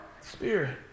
spirit